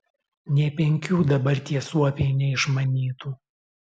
nė penkių dabar tie suopiai neišmanytų